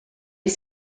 est